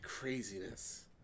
craziness